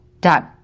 done